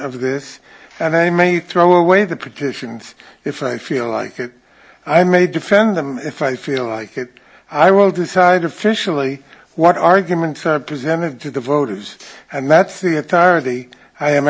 of this and i may throw away the petitions if i feel like it i may defend them if i feel like it i will decide officially what arguments are presented to the voters and that's the